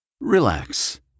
Relax